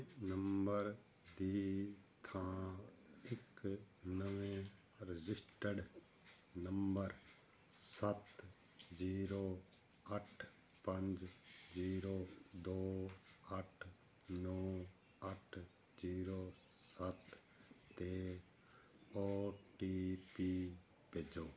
ਪੁਰਾਣੇ ਨੰਬਰ ਦੀ ਥਾਂ ਇੱਕ ਨਵੇਂ ਰਜਿਸਟਰਡ ਨੰਬਰ ਸੱਤ ਜ਼ੀਰੋ ਅੱਠ ਪੰਜ ਜ਼ੀਰੋ ਦੋ ਅੱਠ ਨੌਂ ਅੱਠ ਜ਼ੀਰੋ ਸੱਤ 'ਤੇ ਓ ਟੀ ਪੀ ਭੇਜੋ